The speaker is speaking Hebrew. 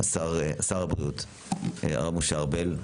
שר הבריאות הרב משה ארבל,